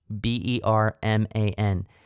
B-E-R-M-A-N